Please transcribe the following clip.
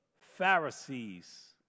Pharisees